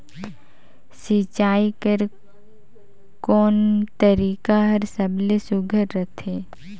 सिंचाई कर कोन तरीका हर सबले सुघ्घर रथे?